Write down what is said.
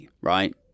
right